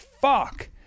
fuck